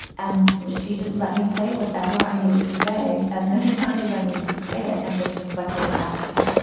and she just let me say whatever i needed to say as many times as i needed to say it. and just reflected it back to me.